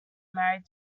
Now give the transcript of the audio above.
married